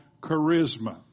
charisma